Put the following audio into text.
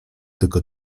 tylko